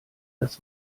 das